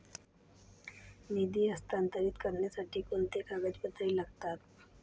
निधी हस्तांतरित करण्यासाठी कोणती कागदपत्रे लागतात?